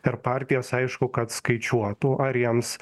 ir partijos aišku kad skaičiuotų ar jiems